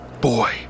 Boy